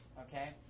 okay